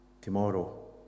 tomorrow